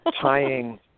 Tying